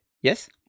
Yes